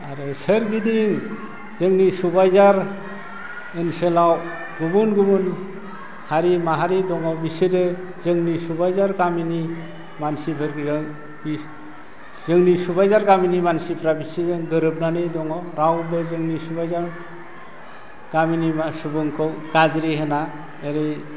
आरो सोरगिदिं जोंनि सुबाइजार ओनसोलाव गुबुन गुबुन हारि माहारि दङ बिसोरो जोंनि सुबाइजार गामिनि मानसिफोरजों जोंनि सुबाइजार गामिनि मानसिफ्रा बिसोरजों गोरोबनानै दङ रावबो जोंनि सुबाइजार गामिनि बा सुबुंखौ गाज्रि होना ओरै